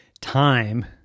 Time